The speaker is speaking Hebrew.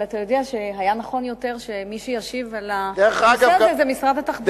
אבל אתה יודע שהיה נכון יותר שמי שישיב על הנושא הזה זה משרד התחבורה.